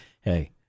hey